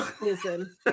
Listen